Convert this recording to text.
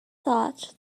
thought